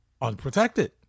unprotected